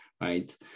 right